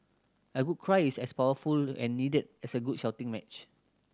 a good cry is as powerful and needed as a good shouting match